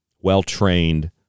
well-trained